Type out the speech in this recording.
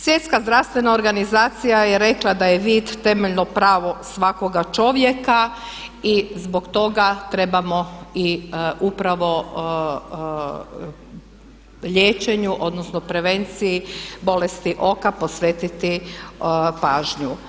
Svjetska zdravstvena organizacija je rekla da je vid temeljno pravo svakoga čovjeka i zbog toga trebamo i upravo liječenju odnosno prevenciji bolesti oka posvetiti pažnju.